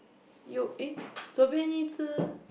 you eh 左边一只: zuo bian yi zhi